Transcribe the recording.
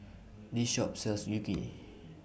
This Shop sells